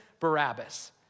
Barabbas